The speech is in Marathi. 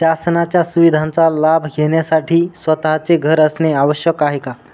शासनाच्या सुविधांचा लाभ घेण्यासाठी स्वतःचे घर असणे आवश्यक आहे का?